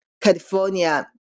California